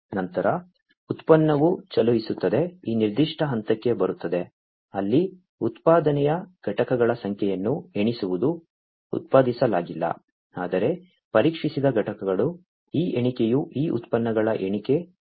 ನಂತರ ಉತ್ಪನ್ನವು ಚಲಿಸುತ್ತದೆ ಈ ನಿರ್ದಿಷ್ಟ ಹಂತಕ್ಕೆ ಬರುತ್ತದೆ ಅಲ್ಲಿ ಉತ್ಪಾದನೆಯ ಘಟಕಗಳ ಸಂಖ್ಯೆಯನ್ನು ಎಣಿಸುವುದು ಉತ್ಪಾದಿಸಲಾಗಿಲ್ಲ ಆದರೆ ಪರೀಕ್ಷಿಸಿದ ಘಟಕಗಳು ಈ ಎಣಿಕೆಯು ಈ ಉತ್ಪನ್ನಗಳ ಎಣಿಕೆ ನಡೆಯುತ್ತದೆ